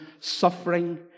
suffering